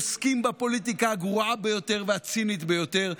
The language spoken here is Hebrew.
עוסקים בפוליטיקה הגרועה ביותר והצינית ביותר,